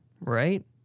right